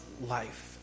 life